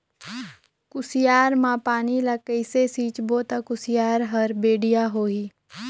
कुसियार मा पानी ला कइसे सिंचबो ता कुसियार हर बेडिया होही?